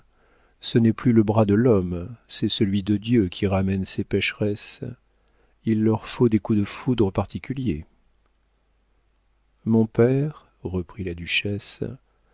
ce n'est plus le bras de l'homme c'est celui de dieu qui ramène ces pécheresses il leur faut des coups de foudre particuliers mon père reprit la duchesse